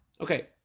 Okay